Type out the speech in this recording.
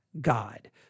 God